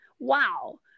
Wow